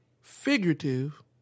figurative